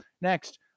Next